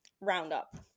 roundup